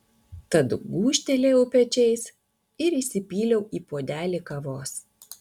tad gūžtelėjau pečiais ir įsipyliau į puodelį kavos